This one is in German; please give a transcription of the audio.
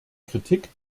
kritik